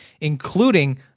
including